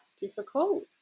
difficult